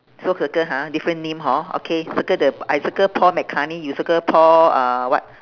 so circle ha different name hor okay circle the I circle paul mccartney you circle paul uh what